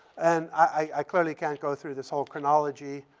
and i clearly can't go through this whole chronology,